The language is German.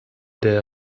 der